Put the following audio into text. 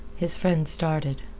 his friend started.